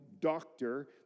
doctor